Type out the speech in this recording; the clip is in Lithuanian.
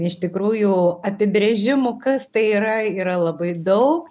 iš tikrųjų apibrėžimų kas tai yra yra labai daug